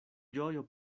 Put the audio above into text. ĝojo